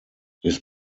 his